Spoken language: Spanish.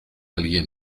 alguien